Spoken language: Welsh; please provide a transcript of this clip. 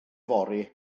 yfory